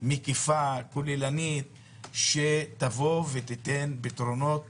מקיפה וכוללנית שתיתן פתרונות